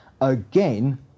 again